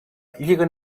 lliga